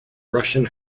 russian